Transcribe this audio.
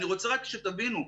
אני רוצה רק שתבינו,